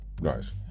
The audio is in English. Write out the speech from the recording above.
Nice